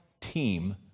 team